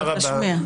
תשמיע.